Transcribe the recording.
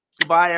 goodbye